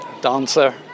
dancer